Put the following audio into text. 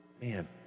Man